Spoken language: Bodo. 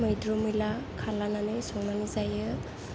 मैद्रु मैला खालानानै संनानै जायो